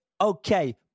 Okay